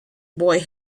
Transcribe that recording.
boy